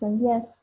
Yes